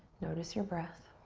notice your breath.